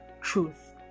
truth